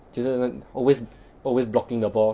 就是 always always blocking the ball